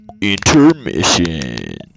intermission